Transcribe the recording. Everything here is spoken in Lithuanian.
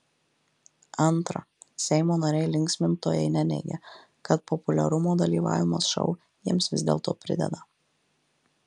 antra seimo nariai linksmintojai neneigia kad populiarumo dalyvavimas šou jiems vis dėlto prideda